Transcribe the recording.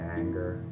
anger